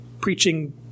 preaching